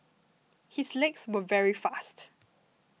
his legs were very fast